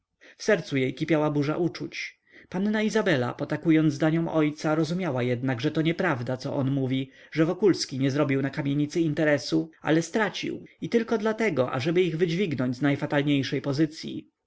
jej kipiała burza uczuć panna izabela potakując zdaniom ojca rozumiała jednak że to nieprawda co on mówi że wokulski nie zrobił na kamienicy interesu ale stracił i tylko dlatego ażeby ich wydźwignąć z najfatalniejszej pozycyi